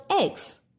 eggs